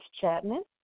Chapman